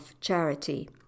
charity